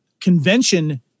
convention